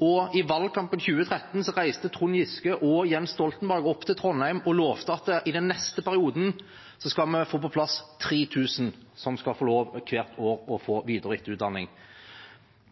I valgkampen i 2013 reiste Trond Giske og Jens Stoltenberg opp til Trondheim og lovte at i den neste perioden skulle de få på plass at 3 000 hvert år skulle få videre- og etterutdanning.